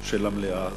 של המליאה הזאת,